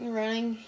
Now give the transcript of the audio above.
running